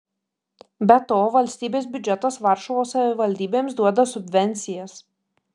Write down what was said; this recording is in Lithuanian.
be to valstybės biudžetas varšuvos savivaldybėms duoda subvencijas